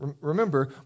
remember